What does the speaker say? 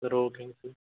sir ஓகேங்க sir